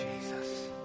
Jesus